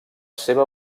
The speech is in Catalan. seva